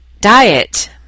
diet